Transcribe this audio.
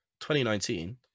2019